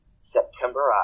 september